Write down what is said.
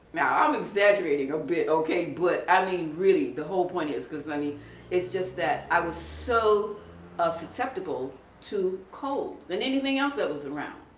now i'm exaggerating a bit okay but i mean really the whole point is because i mean it's just that i was so susceptible to colds than anything else that was around.